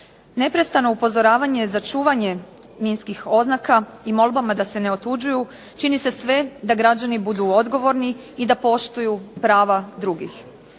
Neprestano upozoravanje za čuvanje minskih oznaka i molbama da se ne otuđuju čini se sve da građani budu odgovorni i da poštuju prava drugih.